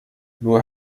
nur